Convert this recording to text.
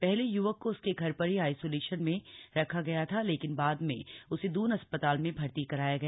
पहले य्वक को उसके घर पर ही आइसोलेशन में रखा गया था लेकिन बाद में उसे दून अस्पताल में भर्ती कराया गया